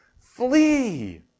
flee